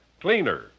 cleaner